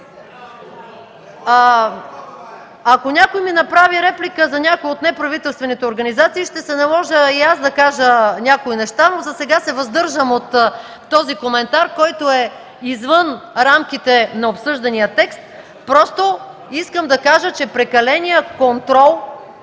Ако някой ми направи реплика за някои от неправителствените организации – ще се наложи и аз да кажа някои неща, но за сега се въздържам от този коментар, който е извън рамките на обсъждания текст. Просто искам да кажа, че прекаленият контрол